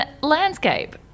Landscape